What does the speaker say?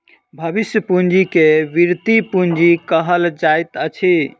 भविष्य पूंजी के वृति पूंजी कहल जाइत अछि